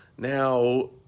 Now